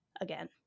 Again